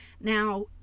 Now